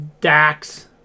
Dax